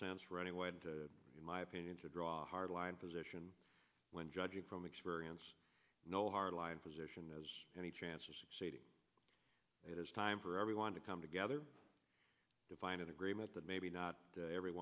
sense running away and in my opinion to draw a hard line position when judging from experience no hard line position is any chance of succeeding it is time for everyone to come together to find an agreement that maybe not every